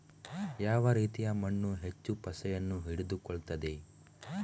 ಯಾವ ರೀತಿಯ ಮಣ್ಣು ಹೆಚ್ಚು ಪಸೆಯನ್ನು ಹಿಡಿದುಕೊಳ್ತದೆ?